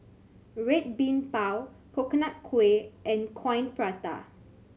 Red Bean Bao Coconut Kuih and Coin Prata